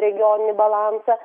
regioninį balansą